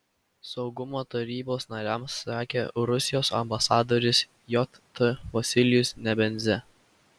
saugumo tarybos nariams sakė rusijos ambasadorius jt vasilijus nebenzia